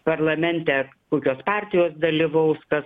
parlamente kokios partijos dalyvaus kas